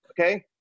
Okay